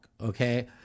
okay